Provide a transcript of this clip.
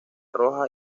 roja